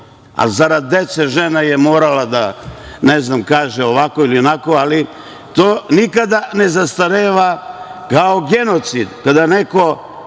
a zarad dece žena je morala da, ne znam, kaže ovako ili onako, ali to nikada ne zastareva kao genocid, kada neko